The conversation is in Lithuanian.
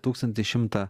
tūkstantį šimtą